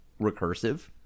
recursive